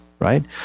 Right